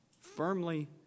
Firmly